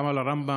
גם על הרמב"ם,